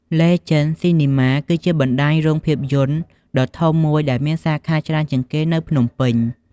លេជេន ស៊ីនីម៉ា គឺជាបណ្ដាញរោងភាពយន្តដ៏ធំមួយដែលមានសាខាច្រើនជាងគេនៅភ្នំពេញ។